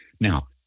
Now